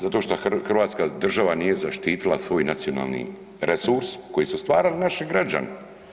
Zato što Hrvatska država nije zaštitila svoj nacionalni resurs koji su stvarali naši građani.